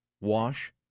wash